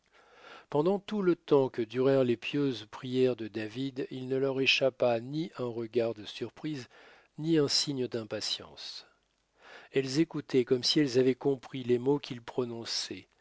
pendant tout le temps que durèrent les pieuses prières de david il ne leur échappa ni un regard de surprise ni un signe d'impatience elles écoutaient comme si elles avaient compris les mots qu'il prononçait